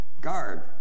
guard